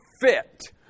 fit